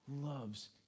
loves